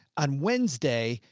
on wednesday,